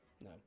No